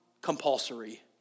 compulsory